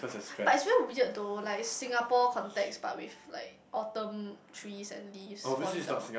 but is very weird though like Singapore context but with like Autumn trees and leaves falling down